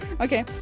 Okay